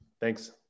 Thanks